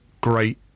great